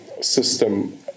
system